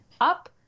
Up